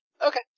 Okay